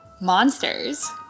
Monsters